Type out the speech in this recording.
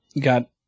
got